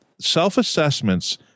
self-assessments